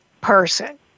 person